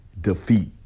defeat